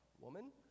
woman